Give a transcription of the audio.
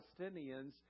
Palestinians